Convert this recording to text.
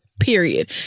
Period